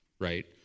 right